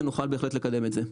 נוכל בהחלט לקדם את זה.